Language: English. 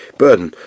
burden